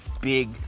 big